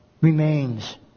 remains